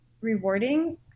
rewarding